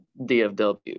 dfw